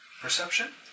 Perception